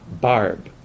barb